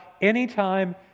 anytime